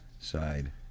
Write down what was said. side